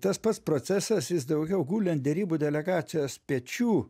tas pats procesas jis daugiau guli ant derybų delegacijos pečių